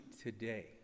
today